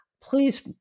Please